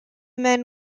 men